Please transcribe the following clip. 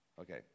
Okay